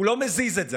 הוא לא מזיז את זה.